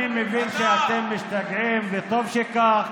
אני מבין שאתם משתגעים, וטוב שכך.